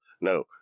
no